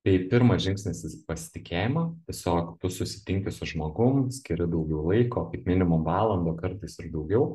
tai pirmas žingsnis pasitikėjimą tiesiog tu susitinki su žmogum skiri daugiau laiko kaip minimum valandą kartais ir daugiau